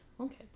Okay